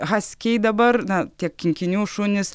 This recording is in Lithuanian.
haskiai dabar na tie kinkinių šunys